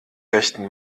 rechten